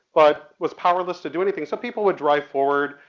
but was powerless to do anything. so people would drive forward,